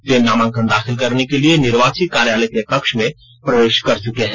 वे नामांकन दाखिल करने के लिए निर्वाची कार्यालय के कक्ष मे प्रवेश कर चुके हैं